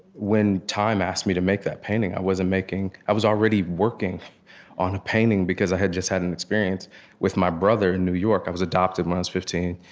when time asked me to make that painting, i wasn't making i was already working on a painting, because i had just had an experience with my brother in new york i was adopted when i was fifteen,